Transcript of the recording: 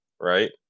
right